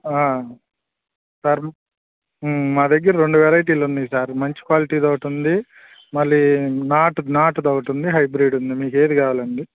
sir మా దగ్గర రెండు వెరైటీలు ఉన్నాయి సార్ మంచి క్వాలిటీది ఒకటి ఉంది మళ్ళీ నాటు నాటుది ఒకటి ఉంది హైబ్రిడ్ ఉంది మీకు ఏది కావాలండి